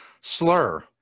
slur